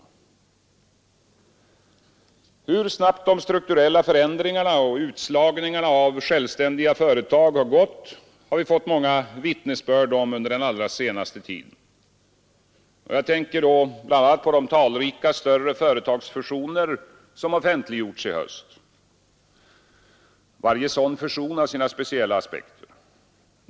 Hur snabbt de strukturella förändringarna och utslagningen av självständiga företag gått har vi fått många vittnesbörd om under den allra senaste tiden. Jag tänker då bl a. på de talrika större företagsfusioner som offentliggjorts i höst. Varje sådan fusion har sina speciella aspekter.